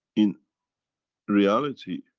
in reality